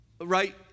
right